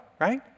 right